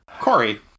Corey